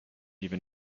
even